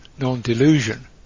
non-delusion